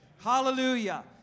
Hallelujah